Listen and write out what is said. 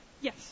Yes